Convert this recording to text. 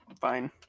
Fine